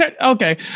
Okay